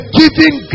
giving